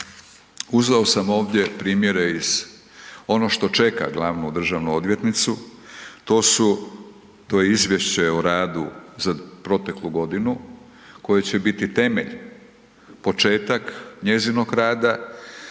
Uzeo sam ovdje primjere iz ono što čeka glavnu državnu odvjetnicu, to je izvješće o radu za proteklu godinu koje će biti temelj, početak njezinog rada